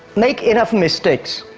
make enough mistakes.